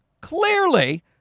clearly